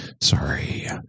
sorry